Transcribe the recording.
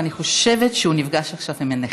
אני חושבת שהוא נפגש עכשיו עם הנכים.